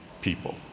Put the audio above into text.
people